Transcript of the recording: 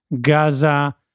Gaza